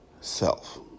self